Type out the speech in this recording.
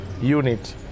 unit